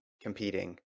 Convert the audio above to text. competing